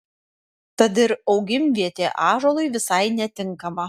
tad ir augimvietė ąžuolui visai netinkama